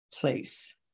Place